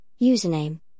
username